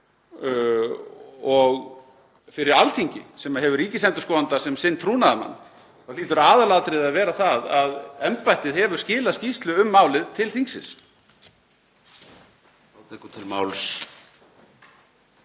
Fyrir Alþingi, sem hefur ríkisendurskoðanda sem sinn trúnaðarmann, hlýtur aðalatriðið að vera það að embættið hefur skilað skýrslu um málið til þingsins.